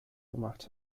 gemacht